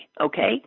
okay